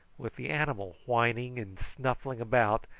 with the animal whining and snuffling about,